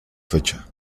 fecha